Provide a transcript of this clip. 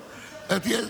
מגיע.